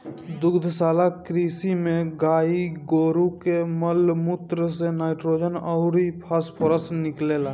दुग्धशाला कृषि में गाई गोरु के माल मूत्र से नाइट्रोजन अउर फॉस्फोरस निकलेला